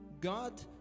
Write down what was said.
God